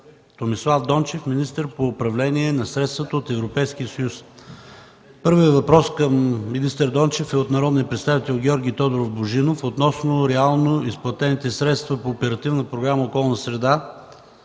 Томислав Дончев – министър по управление на средствата от Европейския съюз. Първият въпрос към министър Дончев е от народния представител Георги Тодоров Божинов относно реално изплатените средства по Оперативна програма „Околна среда”